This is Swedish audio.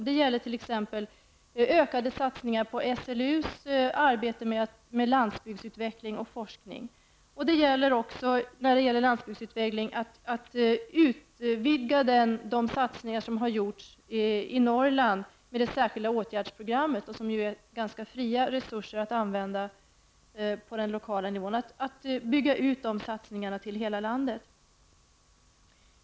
Det gäller t.ex. ökade satsningar på SLUs arbete med landsbygdsutveckling och forskning. I fråga om landsbygdsutveckling gäller det också att utvidga de satsningar som har gjorts i Norrland med det särskilda åtgärdsprogrammet, vilket ger ganska fria resurser att använda på den lokala nivån. De satsningarna bör byggas ut till hela landet.